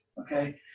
okay